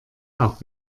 auch